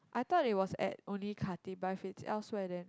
I thought it was at only Khatib but if it's elsewhere then